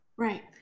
right